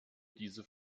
diese